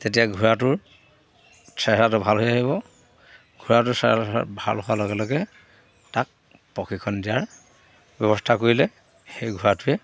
তেতিয়া ঘোঁৰাটোৰ চেহেৰাটো ভাল হৈ আহিব ঘোঁৰাটো চেহেৰাটো ভাল হোৱাৰ লগে লগে তাক প্ৰশিক্ষণ দিয়াৰ ব্যৱস্থা কৰিলে সেই ঘোঁৰাটোৱে